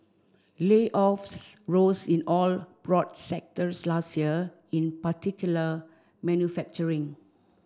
layoffs rose in all broad sectors last year in particular manufacturing